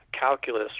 calculus